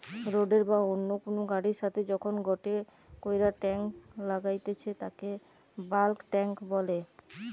রোডের বা অন্য কুনু গাড়ির সাথে যখন গটে কইরা টাং লাগাইতেছে তাকে বাল্ক টেংক বলে